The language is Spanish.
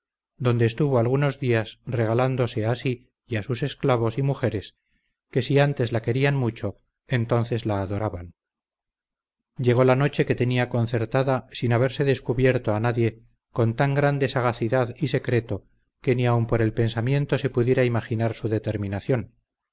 donde estuvo algunos días regalándose a sí y a sus esclavos y mujeres que si antes la querían mucho entonces la adoraban llegó la noche que tenía concertada sin haberse descubierto a nadie con tan grande sagacidad y secreto que ni aun por el pensamiento se pudiera imaginar su determinación